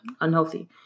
unhealthy